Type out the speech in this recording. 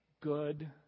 good